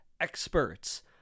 experts